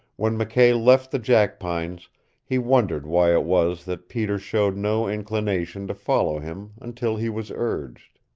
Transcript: when mckay left the jackpines he wondered why it was that peter showed no inclination to follow him until he was urged.